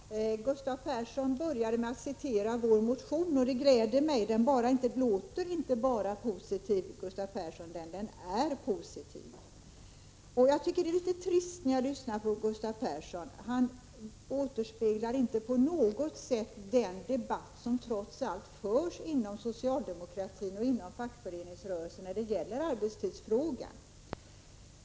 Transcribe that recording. Herr talman! Gustav Persson började med att citera vår motion. Det gläder mig. Den inte bara låter positiv, Gustav Persson, utan den är positiv. Jag tycker, när jag lyssnar till Gustav Persson, att det är trist att höra att han inte på något sätt återspeglar den debatt som trots allt förs inom socialdemo kratin och fackföreningsrörelsen när det gäller arbetstidsfrågor.